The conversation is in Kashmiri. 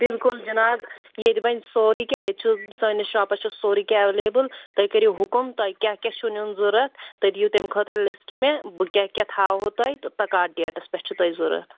بلکُل جِناب ییٚتہِ بَنہِ سورُے کیٚنٛہہ ییٚتہِ چھُ سٲنٕس شاپس چھُ سورُے کیٚنٛہہ ایویلیبل تۄہہِ کٔرِو حُکُم تۄہہِ کیٛاہ کیٛاہ چھُ نِنُن ضوٚرَتھ تۄہہِ دِیِو تمہِ خٲطرٕ لسٹ مےٚ بہٕ کیٛاہ کیٛاہ تھاوہو تۄہہِ تہٕ کَتھ ڈیٹس پٮ۪ٹھ چھُ تۄہہِ ضوٚرَتھ